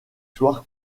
soir